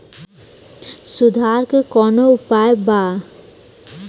सुधार के कौनोउपाय वा?